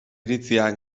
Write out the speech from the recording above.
iritzia